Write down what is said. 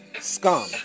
scum